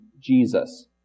Jesus